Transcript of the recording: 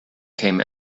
came